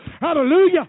Hallelujah